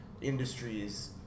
industries